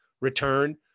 return